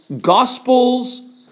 gospels